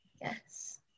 yes